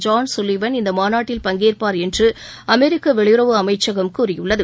John Sullivan இந்த மாநாட்டில் பங்கேற்பார் என்று அமெரிக்க வெளியறவு அமைச்சகம் கூறியுள்ளது